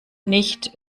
nicht